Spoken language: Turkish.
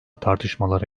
tartışmalara